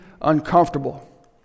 uncomfortable